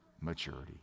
maturity